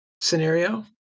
scenario